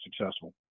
successful